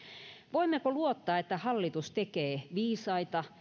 voimmeko luottaa että hallitus tekee viisaita